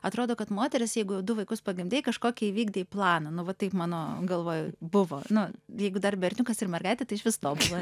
atrodo kad moteris jeigu jau du vaikus pagimdei kažkokį įvykdei planą nu va taip mano galva buvo nu jeigu dar berniukas ir mergaitė tai išvis tobulai